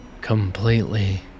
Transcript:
completely